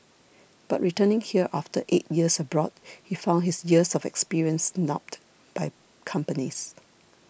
but returning here after eight years abroad he found his years of experience snubbed by companies